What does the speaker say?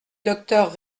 docteur